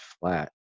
flat